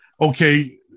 okay